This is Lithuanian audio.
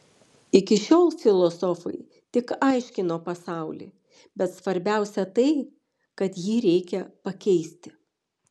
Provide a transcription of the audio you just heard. iki šiol filosofai tik aiškino pasaulį bet svarbiausia tai kad jį reikia pakeisti